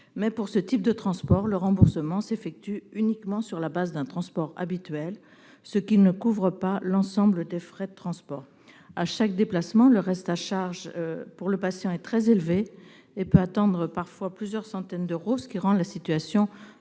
large. Pour ce type de transport, le remboursement s'effectue uniquement sur la base d'un transport habituel, ce qui ne couvre pas l'ensemble des frais de transport. À chaque déplacement, le reste à charge pour le patient est très élevé et peut parfois atteindre plusieurs centaines d'euros, ce qui rend la situation